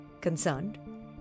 concerned